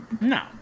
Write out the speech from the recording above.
No